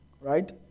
right